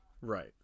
Right